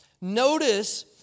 Notice